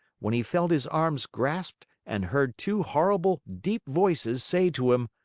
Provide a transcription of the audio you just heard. when he felt his arms grasped and heard two horrible, deep voices say to him